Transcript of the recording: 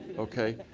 okay?